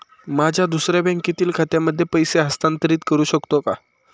माझ्या दुसऱ्या बँकेतील खात्यामध्ये पैसे हस्तांतरित करू शकतो का?